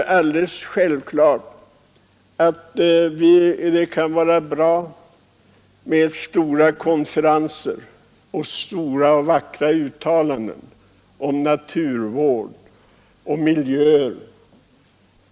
Det är självklart att det kan vara bra med stora konferenser och stora, vackra uttalanden om naturvård och miljö.